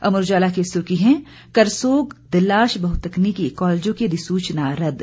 अमर उजाला की सुर्खी है करसोग दलाश बहुतकनीकी कॉलेजों की अधिसूचना रद्द